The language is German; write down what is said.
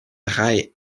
drei